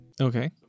Okay